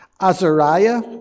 Azariah